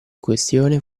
questione